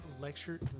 lecture